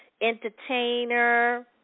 entertainer